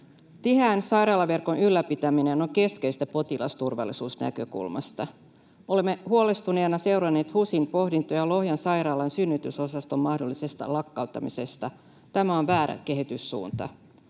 Tiheän sairaalaverkon ylläpitäminen on keskeistä potilasturvallisuusnäkökulmasta. Olemme huolestuneina seuranneet HUSin pohdintoja Lohjan sairaalan synnytysosaston mahdollisesta lakkauttamisesta. Tämä on väärä kehityssuunta.